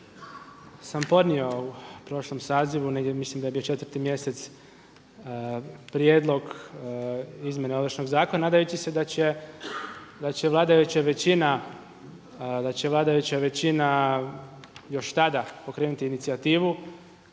sam podnio u prošlom sazivu, negdje mislim da je bio 4. mjesec, prijedlog izmjena Ovršnog zakona nadajući se da će vladajuća većina još tada pokrenuti inicijativu.